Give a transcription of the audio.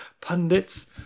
pundits